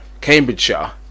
Cambridgeshire